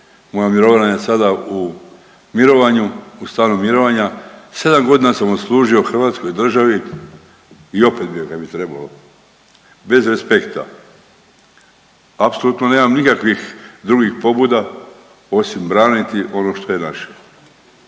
Moja mirovina je sada u mirovanju, u stanju mirovanja. 7 godina sam odslužio Hrvatskoj državi i opet bih joj kad bi trebao bez respekta. Apsolutno nemam nikakvih drugih pobuda osim braniti ono što je naše.